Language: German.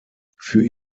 für